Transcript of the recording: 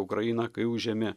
ukrainą kai užėmė